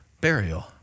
burial